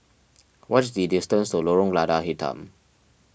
what is the distance to Lorong Lada Hitam